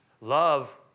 Love